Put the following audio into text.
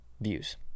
views